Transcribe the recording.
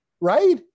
Right